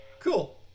Cool